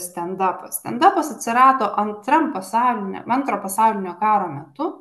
stendapas stendapas atsirado antram pasaulinia antro pasaulinio karo metu